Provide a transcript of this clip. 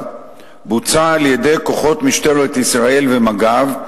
בוצע על-ידי כוחות משטרת ישראל ומג"ב,